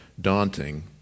daunting